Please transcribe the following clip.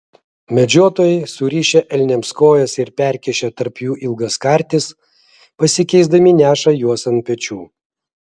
medžiotojai surišę elniams kojas ir perkišę tarp jų ilgas kartis pasikeisdami neša juos ant pečių